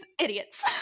idiots